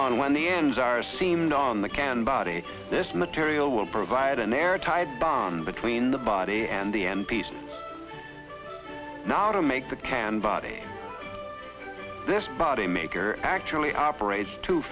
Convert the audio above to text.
on when the ends are seemed on the can body this material will provide an air tight bond between the body and the m p s now to make the candidate this body maker actually operates too